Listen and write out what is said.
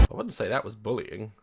ah wouldn't say that was bullying.